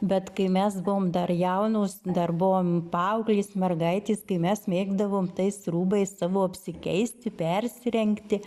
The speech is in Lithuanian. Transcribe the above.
bet kai mes buvom dar jaunos dar buvom paauglės mergaitės kai mes mėgdavom tais rūbais savo apsikeisti persirengti